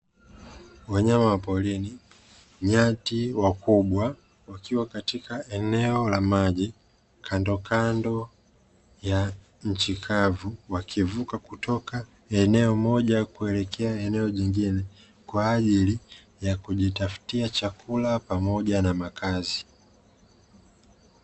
Wanyama wa porini nyati wakubwa, wakiwa katika eneo la maji kandokando ya nchi kavu wakivuka kutoka eneo moja kelekea eneo jingine. Kwa ajili ya kujitafutia chakula pamoja na makazi.